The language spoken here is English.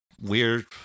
weird